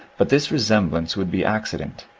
but this resemblance would be accident,